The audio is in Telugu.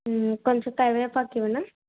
కొంచెం కరివేపాకు ఇవ్వనా